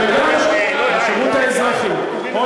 שירות אזרחי, שירות לאומי.